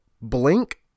Blink